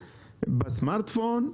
בסמארטפון,